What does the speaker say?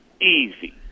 easy